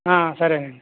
సరేనండి